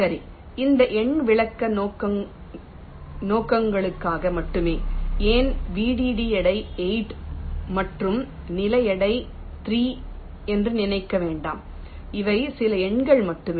சரி இந்த எண் விளக்க நோக்கங்களுக்காக மட்டுமே ஏன் Vdd எடை 8 மற்றும் நில எடை 3 என்று நினைக்க வேண்டாம் இவை சில எண்கள் மட்டுமே